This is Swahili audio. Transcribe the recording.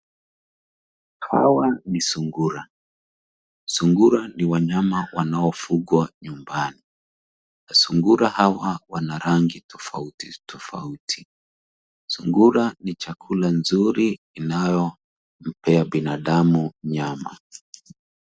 Hawa ni sungura, sungura ni wanyama wanaofugua nyumbani na sungura hawa wanarangi tofauti tofauti sungura ni chakula nzuri inayopea binadamu nyama.